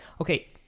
Okay